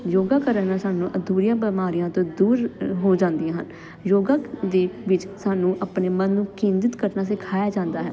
ਯੋਗਾ ਕਰਨ ਨਾਲ ਸਾਨੂੰ ਅਧੂਰੀਆਂ ਬਿਮਾਰੀਆਂ ਤਾਂ ਦੂਰ ਹੋ ਜਾਂਦੀਆਂ ਹਨ ਯੋਗਾ ਦੇ ਵਿੱਚ ਸਾਨੂੰ ਆਪਣੇ ਮਨ ਨੂੰ ਕੇਂਦਰਿਤ ਕਰਨਾ ਸਿਖਾਇਆ ਜਾਂਦਾ ਹੈ